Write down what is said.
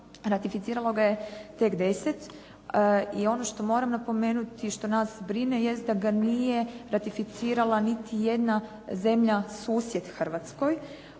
ratificiralo ga je tek 10 i ono što moram napomenuti i što nas brine jest da ga nije ratificirala niti jedna zemlja susjed Hrvatskoj